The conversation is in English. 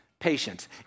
Patience